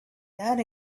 that